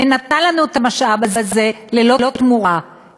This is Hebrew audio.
ונתנה לנו את המשאב הזה ללא תמורה,